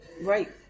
right